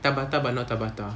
tabata but not tabata